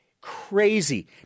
crazy